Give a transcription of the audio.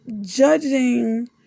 judging